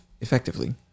effectively